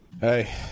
Hey